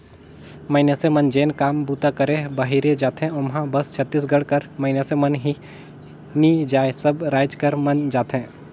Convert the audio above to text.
मइनसे मन जेन काम बूता करे बाहिरे जाथें ओम्हां बस छत्तीसगढ़ कर मइनसे मन ही नी जाएं सब राएज कर मन जाथें